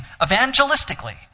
evangelistically